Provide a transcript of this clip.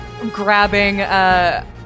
grabbing